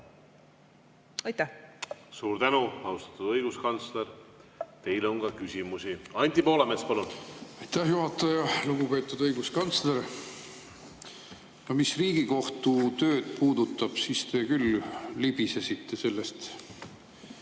Aitäh! Suur tänu, austatud õiguskantsler! Teile on ka küsimusi. Anti Poolamets, palun! Aitäh, juhataja! Lugupeetud õiguskantsler! Mis Riigikohtu tööd puudutab, siis te küll libisesite sellest